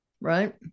Right